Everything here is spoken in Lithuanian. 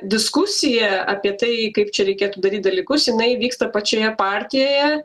diskusija apie tai kaip čia reikėtų daryt dalykus jinai vyksta pačioje partijoje